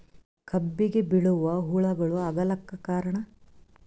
ಕಬ್ಬಿಗ ಬಿಳಿವು ಹುಳಾಗಳು ಆಗಲಕ್ಕ ಕಾರಣ?